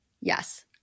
Yes